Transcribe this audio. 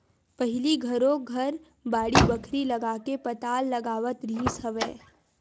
पहिली घरो घर बाड़ी बखरी लगाके पताल लगावत रिहिस हवय